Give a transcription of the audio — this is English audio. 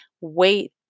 Wait